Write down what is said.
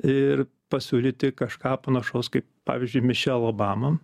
ir pasiūlyti kažką panašaus kaip pavyzdžiui mišel obamą